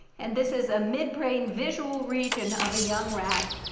and this is a midbrain visual region of a young rat.